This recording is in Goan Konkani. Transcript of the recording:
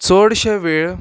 चडशे वेळ